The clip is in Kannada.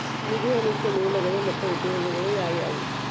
ನಿಧಿಯ ಮುಖ್ಯ ಮೂಲಗಳು ಮತ್ತ ಉಪಯೋಗಗಳು ಯಾವವ್ಯಾವು?